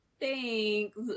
thanks